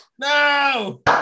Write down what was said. No